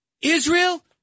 Israel